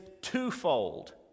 twofold